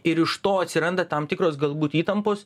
ir iš to atsiranda tam tikros galbūt įtampos